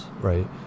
right